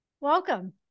Welcome